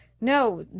no